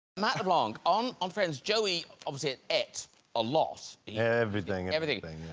matt leblanc, on on friends, joey obviously ate ate a lot. everything and anything.